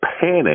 panic